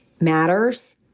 matters